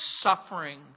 suffering